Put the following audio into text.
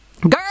Girl